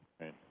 Right